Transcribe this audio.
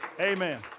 Amen